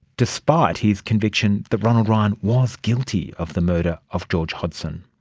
despite his conviction that ronald ryan was guilty of the murder of george hodson.